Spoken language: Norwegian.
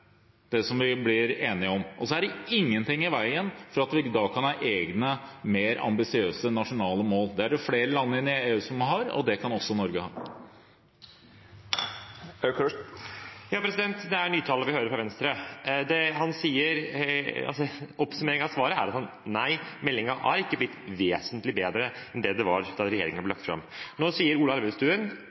gjennomføre det vi blir enige om. Det er ingenting i veien for at vi kan ha egne, mer ambisiøse, nasjonale mål. Det har flere land innen EU, og det kan også Norge ha. Det er nytale vi hører fra Venstre. Oppsummeringen av svaret er at nei, meldingen har ikke blitt vesentlig bedre enn det den var da regjeringen la den fram. Nå sier Ola Elvestuen